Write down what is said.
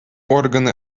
органы